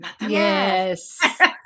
Yes